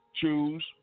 choose